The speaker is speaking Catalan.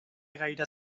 gaire